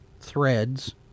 threads